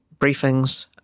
briefings